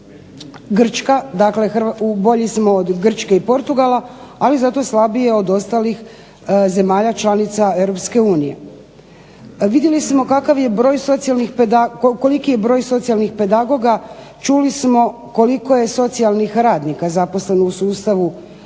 Grčka. Dakle, bolji smo od Grčke i Portugala, ali zato slabiji od ostalih zemalja članica EU. Vidjeli smo koliki je broj socijalnih pedagoga, čuli smo koliko je socijalnih radnika zaposleno u sustavu